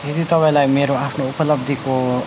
यदि तपाईँलाई मेरो आफ्नो उपलब्धिको